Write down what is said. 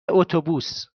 اتوبوس